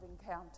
encounter